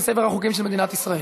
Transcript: לספר החוקים של מדינת ישראל.